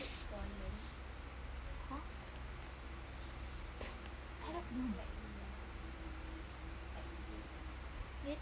!huh!